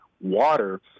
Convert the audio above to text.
Water